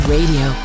Radio